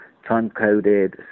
Time-coded